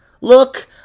Look